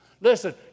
Listen